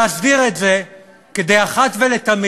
להסדיר את זה כדי להבין אחת ולתמיד